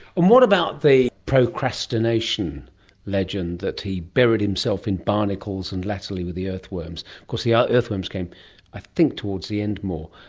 and what about the procrastination legend that he buried himself in barnacles and latterly with the earthworms. of course the ah earthworms came i think towards the end more.